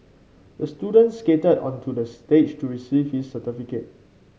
the student skated onto the stage to receive his certificate